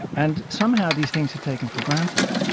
and somehow these things are taken for granted,